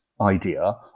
idea